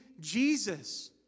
Jesus